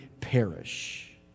perish